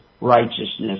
righteousness